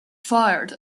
fired